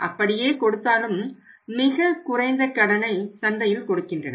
அப்படியே கொடுத்தாலும் மிக குறைந்த கடனை சந்தையில் கொடுக்கின்றன